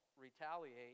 retaliate